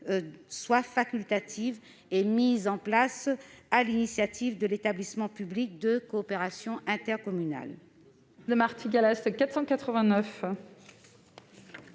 soit facultatif et qu'il soit mis en place sur l'initiative de l'établissement public de coopération intercommunale.